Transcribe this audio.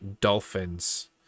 Dolphins